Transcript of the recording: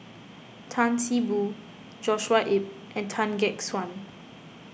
Tan See Boo Joshua Ip and Tan Gek Suan